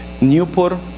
Newport